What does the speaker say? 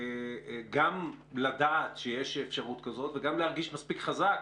גם לדעת שיש אפשרות כזאת וגם להרגיש מספיק חזק